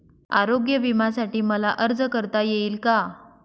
आरोग्य विम्यासाठी मला अर्ज करता येईल का?